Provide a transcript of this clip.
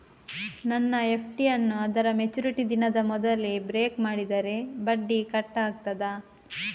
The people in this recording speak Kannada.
ನನ್ನ ಎಫ್.ಡಿ ಯನ್ನೂ ಅದರ ಮೆಚುರಿಟಿ ದಿನದ ಮೊದಲೇ ಬ್ರೇಕ್ ಮಾಡಿದರೆ ಬಡ್ಡಿ ಕಟ್ ಆಗ್ತದಾ?